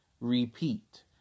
repeat